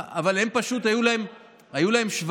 אבל היו להם 17,